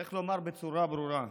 צריך לומר בצורה ברורה: